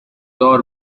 دار